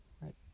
Right